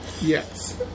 Yes